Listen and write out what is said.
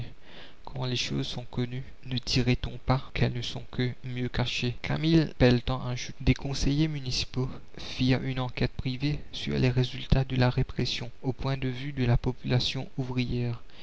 quand les choses sont connues ne dirait-on pas qu'elles ne sont que mieux cachées camille pelletan ajoute des conseillers municipaux firent une enquête privée sur les résultats de la répression au point de vue de la population ouvrière